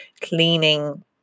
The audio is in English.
cleaning